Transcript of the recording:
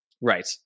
right